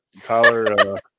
Tyler